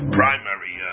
primary